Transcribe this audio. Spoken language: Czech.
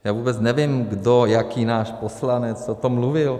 Já vůbec nevím kdo, jaký náš poslanec o tom mluvil.